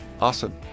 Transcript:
Awesome